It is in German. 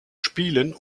spielen